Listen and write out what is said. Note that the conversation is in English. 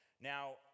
Now